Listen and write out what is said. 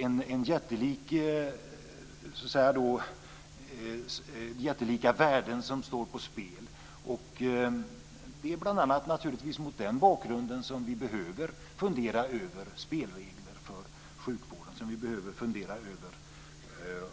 Det är alltså jättelika värden som står på spel, och det är bl.a. mot den bakgrunden vi behöver fundera över spelregler för sjukvården